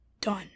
done